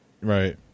right